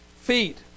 feet